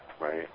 right